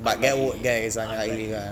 unlikely unlikely